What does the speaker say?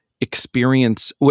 experience